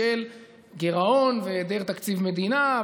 של גירעון והיעדר תקציב מדינה,